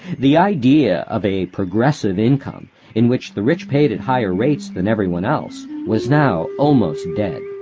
the idea of a progressive income in which the rich paid at higher rates than everyone else was now almost dead.